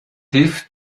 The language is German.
hilft